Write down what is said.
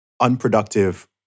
unproductive